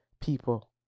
people